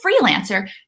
freelancer